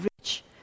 rich